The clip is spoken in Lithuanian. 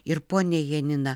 ir ponia janina